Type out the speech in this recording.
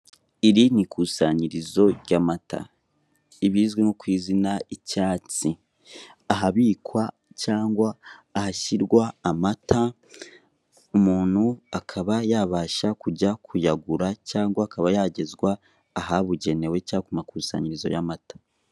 Iri ni ikusanyirizo ry'amata. Ibizwi nko ku izina icyansi, ahabikwa cyangwa ahashyirwa amata, umuntu akaba yabasha kujya kuyagura cyangwa akaba yagezwa ahabugenewe, cyangwa ku makusanyirizo y'amata.